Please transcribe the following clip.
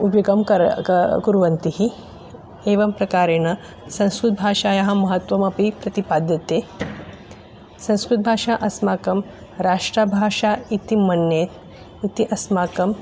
उपयोगं कर् क कुर्वन्ति एवं प्रकारेण संस्कृतभाषायाः महत्वमपि प्रतिपाद्यते संस्कृतभाषा अस्माकं राष्ट्रभाषा इति मन्ये इति अस्माकं